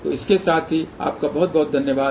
तो इसके साथ ही आपका बहुत बहुत धन्यवाद